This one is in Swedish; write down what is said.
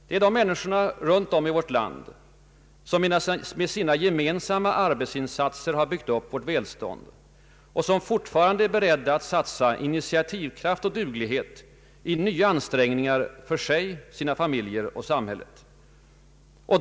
Det är de människor runt om i vårt land som med sina gemensamma arbetsinsatser har byggt upp vårt välstånd och som fortfarande är beredda att satsa initiativkraft och duglighet i nya ansträngningar för sig, sina familjer och samhälle.